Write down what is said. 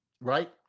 right